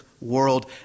world